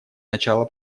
начало